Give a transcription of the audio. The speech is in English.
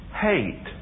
Hate